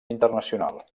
internacional